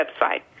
website